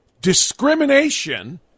discrimination